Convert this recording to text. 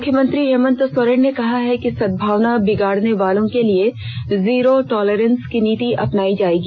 मुख्यमंत्री हेमन्त सोरेन ने कहा है कि सद्भावना बिगाड़ने वालों के लिए जीरो टॉलरेंस की निति अपनायी जायेगी